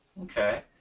okay.